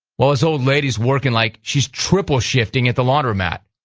while his old lady's working, like, she's triple-shifting at the laundromat.